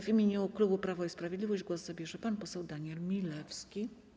W imieniu klubu Prawo i Sprawiedliwość głos zabierze pan poseł Daniel Milewski.